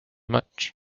much